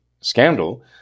scandal